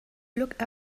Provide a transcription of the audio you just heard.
look